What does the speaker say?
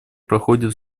проходит